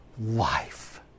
life